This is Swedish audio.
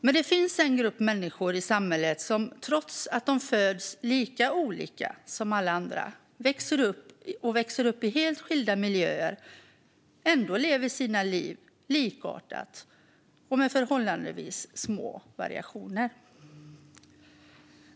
Men det finns en grupp människor i samhället som trots att de föds lika olika som alla andra och växer upp i helt skilda miljöer ändå lever sina liv likartat och med förhållandevis små variationer.